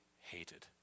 hated